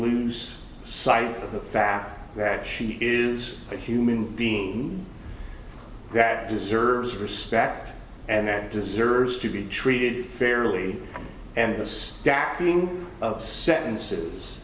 lose sight of the fact that she is a human being that deserves respect and deserves to be treated fairly and this tapping of sentences